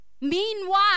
Meanwhile